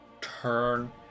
turn